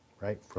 Right